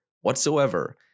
whatsoever